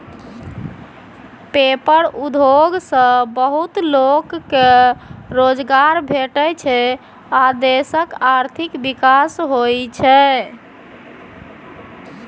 paper उद्योग सँ बहुत लोक केँ रोजगार भेटै छै आ देशक आर्थिक विकास होइ छै